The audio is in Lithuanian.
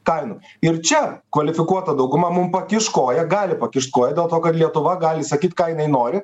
kainų ir čia kvalifikuota dauguma mum pakiš koją gali pakišt koją dėl to kad lietuva gali sakyt ką jinai nori